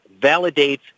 validates